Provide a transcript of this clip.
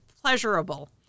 pleasurable